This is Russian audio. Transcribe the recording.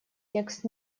текст